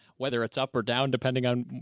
whether it's up or down, depending on,